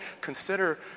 consider